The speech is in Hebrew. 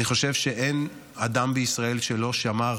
אני חושב שאין אדם בישראל שלא שמע,